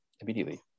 immediately